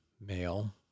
male